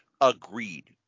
Agreed